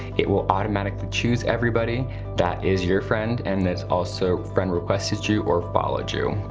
it will automatically choose everybody that is your friend, and that's also friend requested you or followed you.